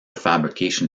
fabrication